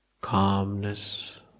calmness